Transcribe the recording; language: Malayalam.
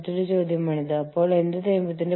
മറ്റൊരു രാജ്യത്ത് മറ്റൊരു കാര്യം ചെയ്യുന്നു